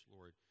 Lord